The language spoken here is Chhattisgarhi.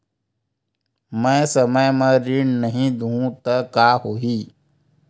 मैं समय म ऋण नहीं देहु त का होही